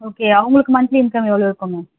okay அவங்களுக்கு monthly income எவ்வளோ இருக்கும் மேம்